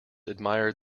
admired